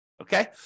Okay